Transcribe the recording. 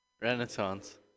renaissance